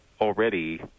already